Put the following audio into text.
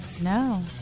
No